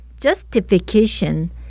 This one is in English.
justification